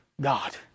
God